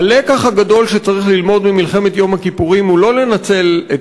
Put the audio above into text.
הלקח הגדול שצריך ללמוד ממלחמת יום כיפורים הוא לא לנצל את